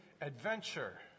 adventure